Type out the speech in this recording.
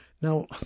Now